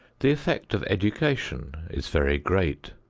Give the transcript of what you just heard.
the effect of education is very great.